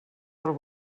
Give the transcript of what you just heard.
del